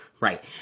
Right